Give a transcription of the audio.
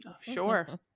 Sure